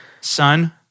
Son